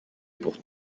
pour